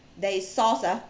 there is sauce ah